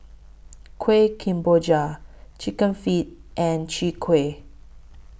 Kuih Kemboja Chicken Feet and Chwee Kueh